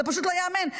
זה פשוט לא ייאמן.